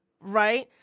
right